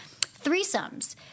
threesomes